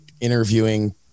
interviewing